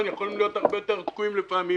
יכולים להיות הרבה יותר תקועים לפעמים,